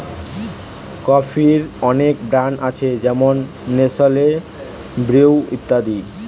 কফির অনেক ব্র্যান্ড আছে যেমন নেসলে, ব্রু ইত্যাদি